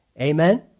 Amen